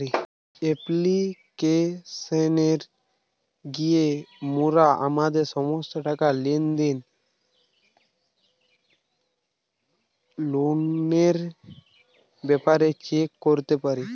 অ্যাপ্লিকেশানে গিয়া মোরা আমাদের সমস্ত টাকা, লেনদেন, লোনের ব্যাপারে চেক করতে পারি